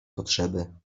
potrzeby